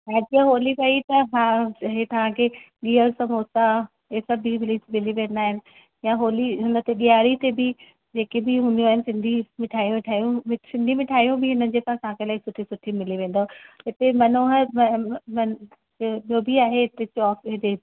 हाणे जीअं होली वयी त हा हे तव्हांखे गीहर समोसा हे सभु मिली वेंदा आहिनि या होली उनते ॾियारीअ ते बि जेके बि हूंदियूं आहिनि सिंधी मिठायूं विठायूं सिंधी मिठायूं बि इनजे पास तव्हांखे इलाही सुठी सुठी मिली वेंदव इते मनोहर जो बि आहे हिते चौक जे